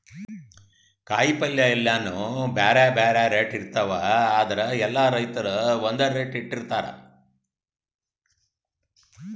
ಕಾಯಿಪಲ್ಯ ಎಲ್ಲಾನೂ ಬ್ಯಾರೆ ಬ್ಯಾರೆ ರೇಟ್ ಇರ್ತವ್ ಆದ್ರ ಎಲ್ಲಾ ರೈತರ್ ಒಂದ್ ರೇಟ್ ಇಟ್ಟಿರತಾರ್